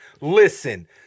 listen